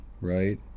Right